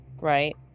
Right